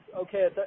Okay